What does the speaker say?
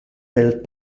del